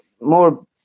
more